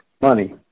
money